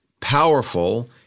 powerful